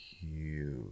huge